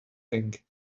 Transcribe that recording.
thing